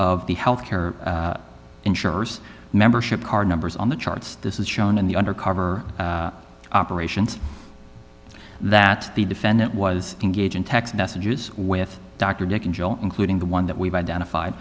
of the health care insurers membership card numbers on the charts this is shown in the undercover operations that the defendant was engage in text messages with dr dick in jail including the one that we've identified